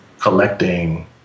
collecting